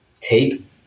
take